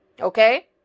okay